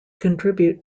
contribute